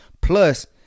Plus